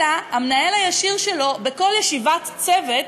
אלא המנהל הישיר שלו, בכל ישיבת צוות,